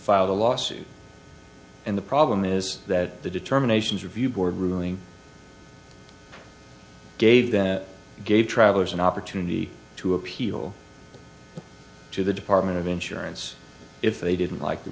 filed a lawsuit and the problem is that the determinations review board ruling gave them gave travelers an opportunity to appeal to the department of insurance if they didn't like the